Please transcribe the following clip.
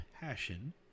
passion